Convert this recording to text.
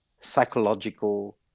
psychological